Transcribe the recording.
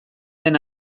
den